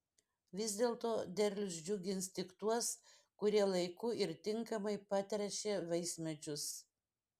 vis dėlto derlius džiugins tik tuos kurie laiku ir tinkamai patręšė vaismedžius